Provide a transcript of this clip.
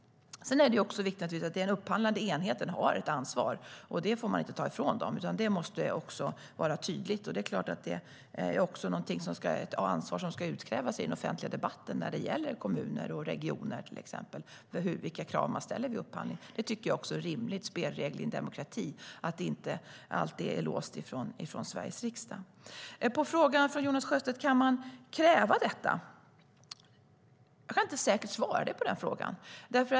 Sedan är det naturligtvis viktigt att upphandlande enheter har ett ansvar. Det får man inte ta ifrån dem. Det måste vara tydligt. Det är klart att det är ett ansvar som ska utkrävas i den offentliga debatten när det gäller till exempel kommuner och regioner. Det handlar om vilka krav man ställer vid upphandling. Det tycker jag är rimliga spelregler i en demokrati, att det inte alltid är låst från Sveriges riksdag. Jonas Sjöstedt frågade: Kan man kräva detta? Jag kan inte säkert svara på den frågan.